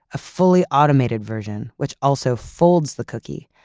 a fully automated version, which also folds the cookie.